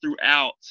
throughout